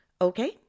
Okay